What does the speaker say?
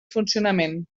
funcionament